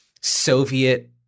Soviet